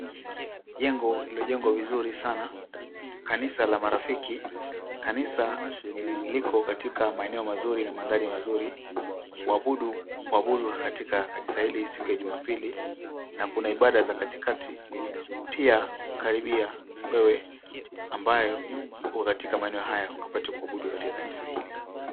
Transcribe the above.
Jengo lilojengwa vizuri sana, Kanisa la Marafiki, kanisa liko katika maeo mazuri na mandahari mazuri, waabudu huabudu katika kanisa hili siku ya jumapili na kuna ibada za katikati. Pia karibia wewe ambaye uko katika maeneo haya upate kuabudu kwa kanisa hili